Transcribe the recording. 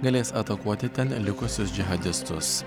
galės atakuoti ten likusius džihadistus